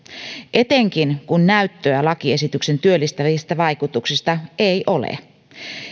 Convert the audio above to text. etenkin kun näyttöä lakiesityksen työllistävistä vaikutuksista ei ole